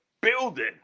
building